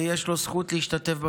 ויש לו זכות להשתתף במחאות: